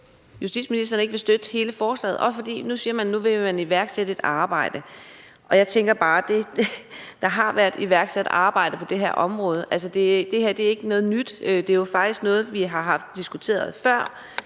justitsministeren ikke vil støtte hele forslaget, også fordi man siger, at man nu vil iværksætte et arbejde. Jeg tænker bare, at der har været iværksat arbejder på det her område. Altså, det her er ikke noget nyt, men det er jo faktisk noget, som vi har diskuteret før